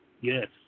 yes